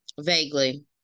Vaguely